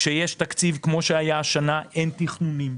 כשיש תקציב, כמו שהיה השנה, אין תכנונים.